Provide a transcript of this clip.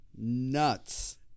Nuts